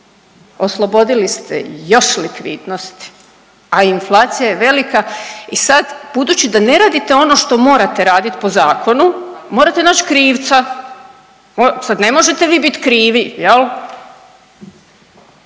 oslobodili ste još likvidnosti, a inflacija je velika i sad, budući da ne radite ono što morate raditi po zakonu, morate naći krivca, sad ne možete vi bit krivi, je